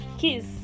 Kiss